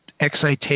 excitation